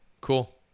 Cool